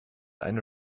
eine